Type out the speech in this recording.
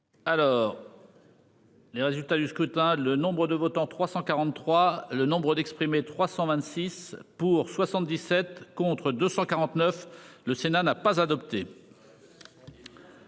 Alors. Les résultats du scrutin, le nombre de votants, 343. Le nombre d'exprimer, 326 pour 77 contre 249, le Sénat n'a pas adopté.